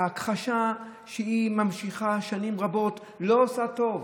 ההכחשה שנמשכת שנים רבות לא עושה טוב.